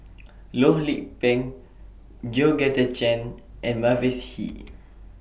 Loh Lik Peng Georgette Chen and Mavis Hee